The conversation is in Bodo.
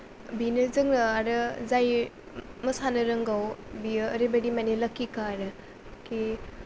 बिदिनो आरो जों जाय मोसानो रोंगौ बियो ओरैबादि माने लाकिखा आरो कि